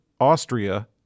Austria